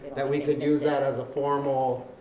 that we could use that as a formal.